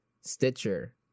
stitcher